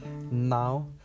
Now